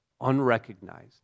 unrecognized